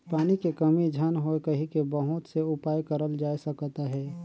पानी के कमी झन होए कहिके बहुत से उपाय करल जाए सकत अहे